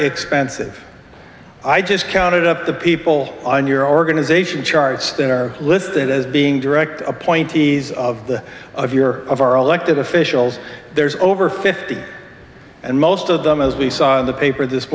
expensive i just counted up the people on your organization charts that are listed as being direct appointees of the of your of our elected officials there is over fifty and most of them as we saw in the paper this